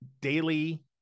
daily